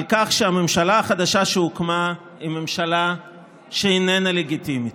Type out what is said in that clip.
על כך שהממשלה החדשה שהוקמה היא ממשלה שאיננה לגיטימית,